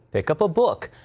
pick up a book.